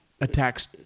attacks